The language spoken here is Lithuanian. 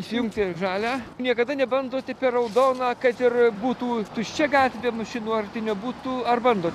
įsijungti žalią niekada nebandote per raudoną kad ir būtų tuščia gatvė mašinų arti nebūtų ar bandot